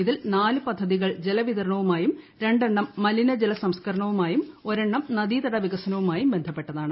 ഇതിൽ നാല് പദ്ധതികൾ ജല വിതരണവുമായും രണ്ടെണ്ണം മലിനജല സംസ്കരണവുമാ്യും ഒരെണ്ണം നദീതട വികസനവുമായും ബന്ധപ്പെട്ടതാണ്